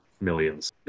millions